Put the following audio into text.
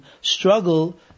struggle